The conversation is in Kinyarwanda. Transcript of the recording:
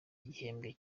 igihembwe